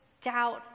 doubt